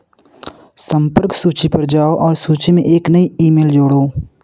संपर्क सूची पर जाओ और सूची में एक नई ई मेल जोड़ो